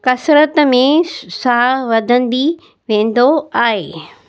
कसरत में साहु वधंदी वेंदो आहे